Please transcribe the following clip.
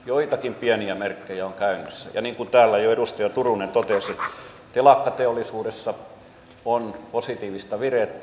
joitakin pieniä merkkejä on käynnissä ja niin kuin täällä jo edustaja turunen totesi telakkateollisuudessa on positiivista virettä